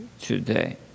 today